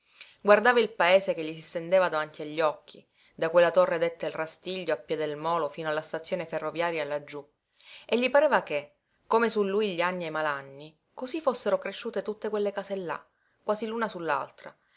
guardava il paese che gli si stendeva davanti agli occhi da quella torre detta il rastiglio a piè del molo fino alla stazione ferroviaria laggiú e gli pareva che come su lui gli anni e i malanni cosí fossero cresciute tutte quelle case là quasi